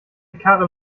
karre